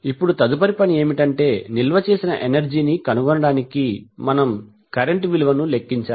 ఇప్పుడు తదుపరి పని ఏమిటంటే నిల్వ చేసిన ఎనర్జీ ని కనుగొనడానికి మనం కరెంట్ విలువను లెక్కించాలి